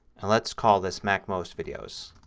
and let's call this macmost videos.